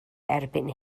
erbyn